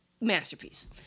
masterpiece